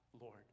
Lord